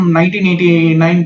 1989